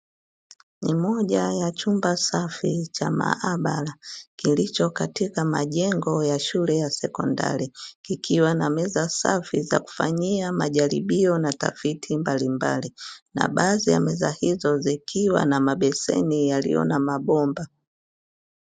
Ni moja ya chumba safi cha maabara kilicho katika majengo ya shule ya sekondari, kikiwa na meza safi za kufanyia majaribio na tafiti mbalimbali na baadhi ya meza hizo zikiwa na mabeseni yaliyo na mabomba.